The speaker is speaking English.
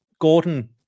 Gordon